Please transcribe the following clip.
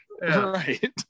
right